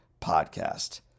podcast